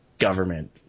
government